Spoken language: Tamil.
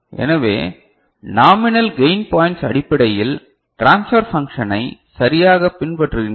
எனவே நாமினல் கையின் பாய்ண்ட்ஸ் அடிப்படையில் ட்ரான்ஸ்பர் பான்க்ஷனை சரியாகப் பின்பற்றுகின்றன